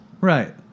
Right